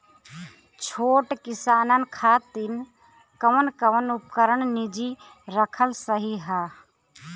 छोट किसानन खातिन कवन कवन उपकरण निजी रखल सही ह?